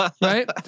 right